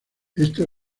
este